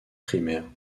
primaires